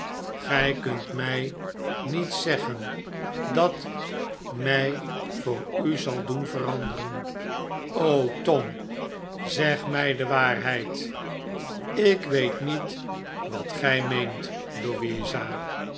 gij kunt mij niets zeggen dat mij voor u zal doen veranderen tom zeg mij de waarheid ik weet niet wat gij meent louisa